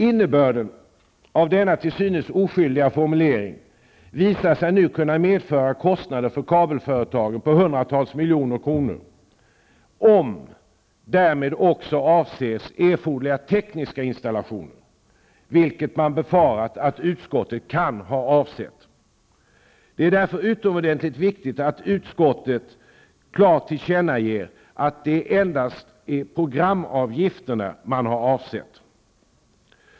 Innebörden av denna till synes oskyldiga formulering visar sig nu kunna medföra kostnader för kabelföretagen på hundratals miljoner kronor, om därmed också avses erforderliga tekniska installationer, vilket man befarat att utskottet kan ha avsett. Att utskottet endast avser programavgift, borde därför klart ha framgått.